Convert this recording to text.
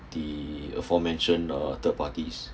the aforementioned uh third parties